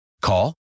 Call